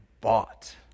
bought